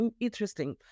interesting